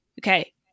okay